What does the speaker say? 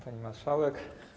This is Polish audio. Pani Marszałek!